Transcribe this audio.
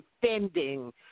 defending